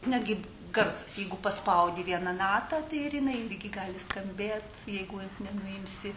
netgi garsas jeigu paspaudi vieną natą tai ir jinai irgi gali skambėt jeigu nenuimsi